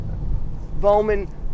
Bowman